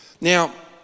Now